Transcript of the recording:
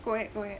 go ahead go ahead